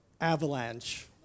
avalanche